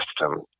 system